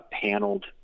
paneled